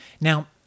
Now